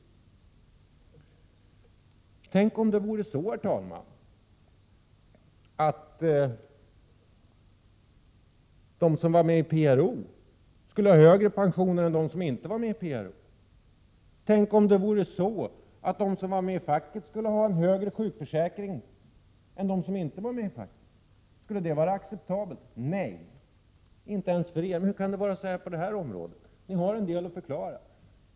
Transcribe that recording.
Tänk om det vore så, herr talman, att de som är med i PRO skulle ha högre pensioner än de som inte är med i PRO! Tänk om det vore så att de som är med i facket skulle ha en högre sjukförsäkring än de som inte är med i facket! Skulle det vara acceptabelt? Nej, inte ens för er! Men hur kan det vara sådana här förhållanden på det område vi nu diskuterar? Ni har en del att förklara.